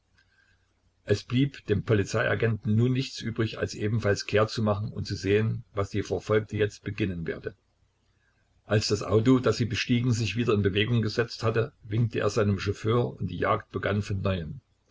es blieb dem polizeiagenten nun nichts übrig als ebenfalls kehrt zu machen und zu sehen was die verfolgte jetzt beginnen werde als das auto das sie bestiegen sich wieder in bewegung gesetzt hatte winkte er seinem chauffeur und die jagd begann von neuem